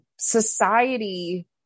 society